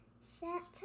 Santa